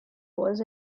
was